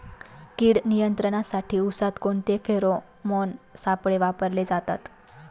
कीड नियंत्रणासाठी उसात कोणते फेरोमोन सापळे वापरले जातात?